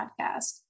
podcast